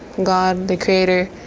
god, the creator,